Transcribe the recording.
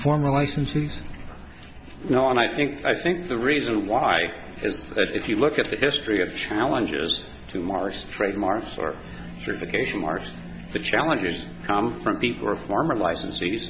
formal license you know and i think i think the reason why is that if you look at the history of challengers to marsh trademarks or sure the case in march the challengers come from people who are former licensees